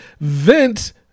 Vince